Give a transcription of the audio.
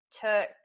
took